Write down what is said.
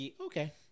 Okay